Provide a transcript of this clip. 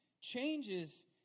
changes